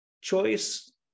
choice